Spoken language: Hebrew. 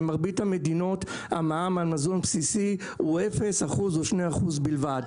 במרבית המדינות המע"מ על מזון בסיסי הוא 0% או 2% בלבד.